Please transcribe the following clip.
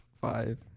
Five